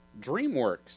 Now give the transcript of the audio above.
dreamworks